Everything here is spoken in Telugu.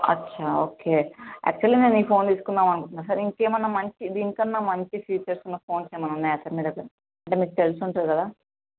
అచ్చా ఓకే యాక్చువలి మేము ఈ ఫోన్ తీసుకుందాం అనుకున్నాం సార్ ఇంకా ఏమన్న మంచి దీనికన్నా మంచి ఫీచర్స్ ఉన్న ఫోన్స్ ఏమన్న ఉన్నాయా సార్ మీ దగ్గర అంటే మీకు తెలిసి ఉంటుంది కదా